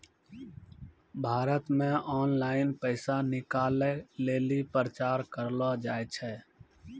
भारत मे ऑनलाइन पैसा निकालै लेली प्रचार करलो जाय छै